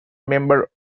member